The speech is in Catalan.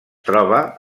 troba